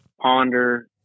ponder